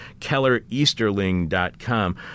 kellereasterling.com